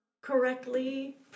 correctly